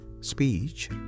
speech